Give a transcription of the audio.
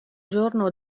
giorno